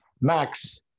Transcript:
Max